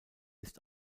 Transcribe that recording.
ist